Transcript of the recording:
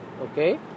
Okay